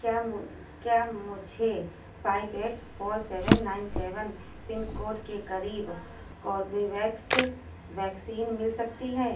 کیا کیا مجھے five eight four seven nine seven pin code کے قریب کوربیویکس ویکسین مل سکتی ہے